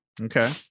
Okay